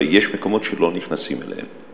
שיש מקומות שלא נכנסים אליהם,